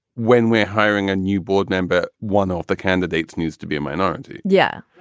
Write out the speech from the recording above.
when we're hiring a new board member. one of the candidates needs to be a minority yeah,